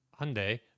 Hyundai